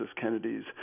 Kennedy's